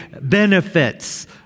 benefits